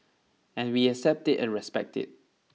and we accept it and respect it